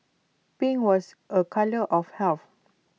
pink was A colour of health